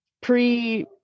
pre-